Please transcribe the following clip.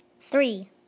Three